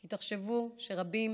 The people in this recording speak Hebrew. כי תחשבו, רבים